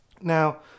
now